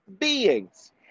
beings